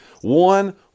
One